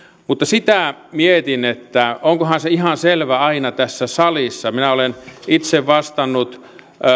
mutta sitä mietin onkohan se ihan selvää aina tässä salissa minä olen itse vastannut